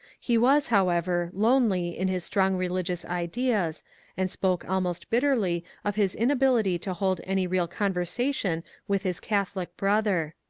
he was, however, lonely in his strong religious ideas and spoke almost bitterly of his inability to hold any real conversation with his catholic brother.